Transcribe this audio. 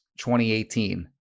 2018